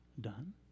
done